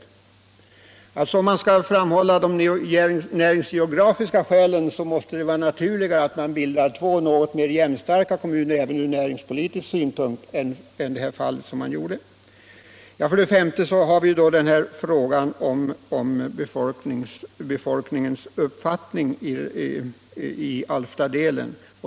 Bollnäs förlorar således inte något på att Alfta tillhör Ovanåker. Skall man framhålla de näringsgeografiska skälen måste det vara naturligare att bilda två något mer jämnstarka kommuner även ur näringspolitisk synpunkt än de kommuner man nu bildat. 5. Alftabefolkningens uppfattning om ärendet.